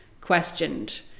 questioned